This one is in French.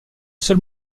seul